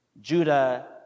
Judah